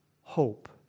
hope